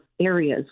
areas